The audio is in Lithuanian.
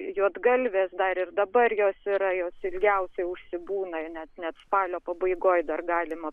juodgalvės dar ir dabar jos yra jos ilgiausiai užsibūna net net spalio pabaigoj dar galima